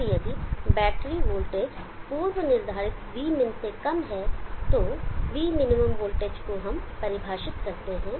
अब यदि battery voltage पूर्व निर्धारित Vmin से कम है तो V minimum वोल्टेज को हम परिभाषित करते हैं